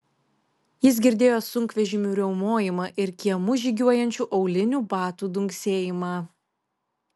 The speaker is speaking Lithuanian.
jis girdėjo sunkvežimių riaumojimą ir kiemu žygiuojančių aulinių batų dunksėjimą